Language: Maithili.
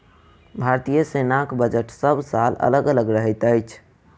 भारतीय सेनाक बजट सभ साल अलग अलग रहैत अछि